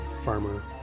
farmer